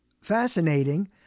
fascinating